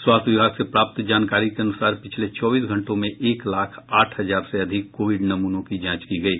स्वास्थ्य विभाग से प्राप्त जानकारी के अनुसार पिछले चौबीस घंटों में एक लाख आठ हजार से अधिक कोविड नमूनों की जांच की गयी